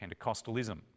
Pentecostalism